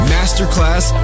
Masterclass